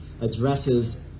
addresses